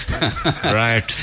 Right